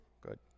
Good